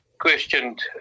questioned